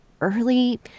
early